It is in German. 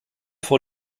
vor